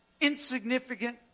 insignificant